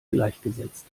gleichgesetzt